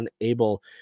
unable